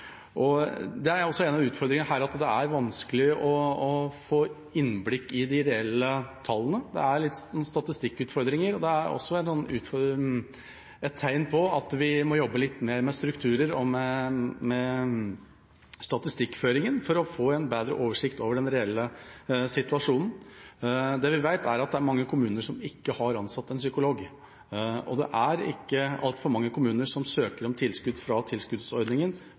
Det er også en av utfordringene her, at det er vanskelig å få innblikk i de reelle tallene. Det er noen statistikkutfordringer, og det er også et tegn på at vi må jobbe litt mer med strukturer og med statistikkføringa for å få en bedre oversikt over den reelle situasjonen. Det vi vet, er at det er mange kommuner som ikke har ansatt en psykolog, og det er ikke altfor mange kommuner som søker om tilskudd fra tilskuddsordningen